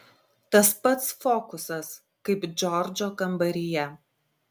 tas pats fokusas kaip džordžo kambaryje